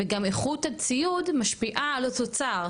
וגם איכות הציוד משפיעה על התוצר,